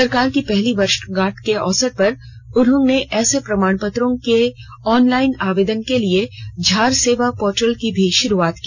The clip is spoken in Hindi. सरकार की पहली वर्षगांठ के अवसर पर उन्होंने ऐसे प्रमाणपत्रों के ऑनलाइन आवेदन के लिए झारसेवा पोर्टल की भी शुरूआत की